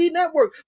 Network